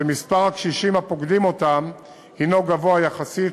שמספר הקשישים הפוקדים אותם הוא גבוה יחסית,